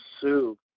sue